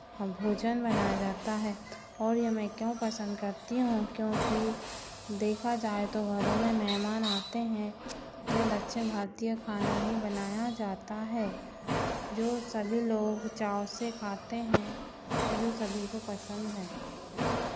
भोजन बनाया जाता है और ये मैं क्यों पसन्द करती हूँ क्योंकि देखा जाय तो त्योहारों में मेहमान आते हैं तो दक्षिण भारतीय खाना ही बनाया जाता है जो सभी लोग चाव से खाते हैं और जो सभी को पसन्द है